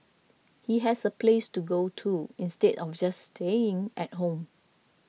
he has a place to go to instead of just staying at home